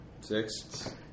Six